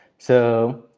so,